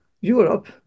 Europe